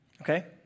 Okay